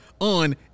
on